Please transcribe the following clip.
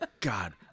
God